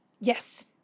yes